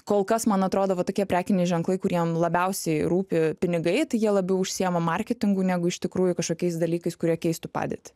kol kas man atrodo vat tokie prekiniai ženklai kuriem labiausiai rūpi pinigai tai jie labiau užsiima marketingu negu iš tikrųjų kažkokiais dalykais kurie keistų padėtį